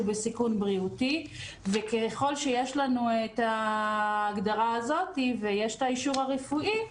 בסיכון בריאותי וככל שיש לנו את ההגדרה הזאת ויש את האישור הרפואי,